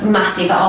massive